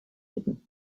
hidden